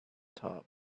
top